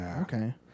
Okay